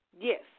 Yes